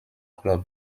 club